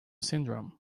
syndrome